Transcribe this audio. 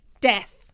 Death